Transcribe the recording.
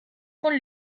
von